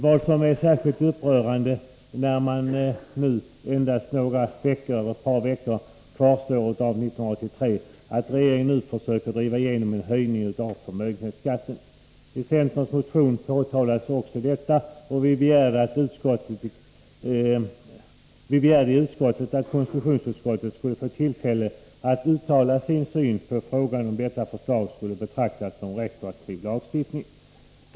Vad som är särskilt upprörande — när nu endast ett par veckor kvarstår av det här året — är att regeringen nu försöker driva igenom en höjning av förmögenhetsskatten. I centerns motion påtalas också detta, och vi begärde i utskottet att konstitutionsutskottet skulle få tillfälle att uttala sin syn på om detta förslag skulle kunna betraktas som retroaktiv lagstiftning.